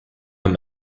him